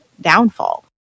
downfall